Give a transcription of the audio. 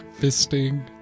Fisting